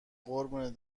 قربون